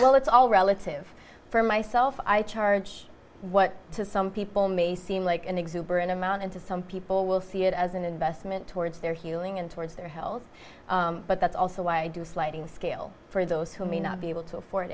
well it's all relative for myself i charge what to some people may seem like an exuberant amount and to some people will see it as an investment towards their healing and towards their health but that's also why i do sliding scale for those who may not be able to afford